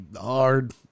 Hard